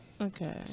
Okay